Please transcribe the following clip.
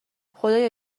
خدایا